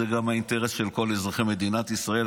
זה גם האינטרס של כל אזרחי מדינת ישראל,